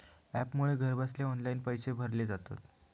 ॲपमुळे घरबसल्या ऑनलाईन पैशे भरले जातत